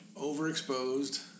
overexposed